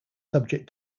subject